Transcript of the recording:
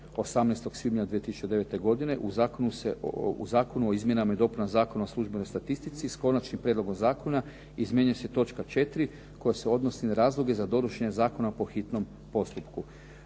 18. svibnja 2009. godine, u Zakonu o izmjenama i dopunama Zakona o službenoj statistici, s konačnim prijedlogom zakona, izmjenjuje se točka 4. koja se odnosi na razloge za donošenje zakona po hitnom postupku.